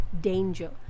danger